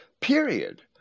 Period